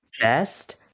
best